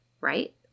right